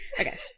Okay